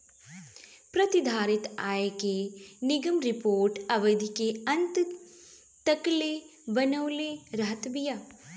प्रतिधारित आय के निगम रिपोर्ट अवधि के अंत तकले बनवले रहत बिया